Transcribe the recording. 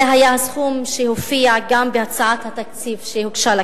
וזה היה הסכום שהופיע גם בהצעת התקציב שהוגשה לכנסת.